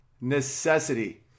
necessity